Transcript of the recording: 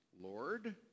Lord